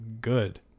good